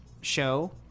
show